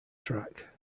track